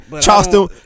Charleston